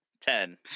Ten